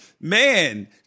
man